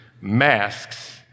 masks